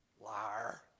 Liar